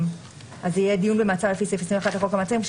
אז יהיה דיון לפי סעיף 21 לחוק המעצרים.